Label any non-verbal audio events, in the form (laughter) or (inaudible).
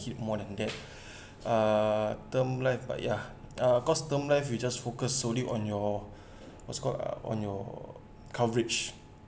keep more than that (breath) uh term life but ya uh cause term life you just focus solely on your (breath) what's called uh on your coverage